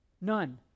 None